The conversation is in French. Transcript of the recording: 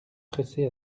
pressés